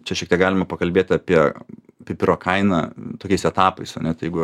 čia šiek tiek galima pakalbėt apie pipiro kainą tokiais etapais ar ne tai jeigu